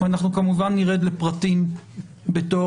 ואנחנו כמובן נרד לפרטים בדיון,